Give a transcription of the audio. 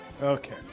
Okay